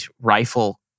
rifle